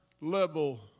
level